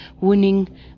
winning